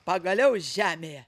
pagaliau žemėje